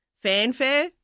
fanfare